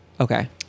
Okay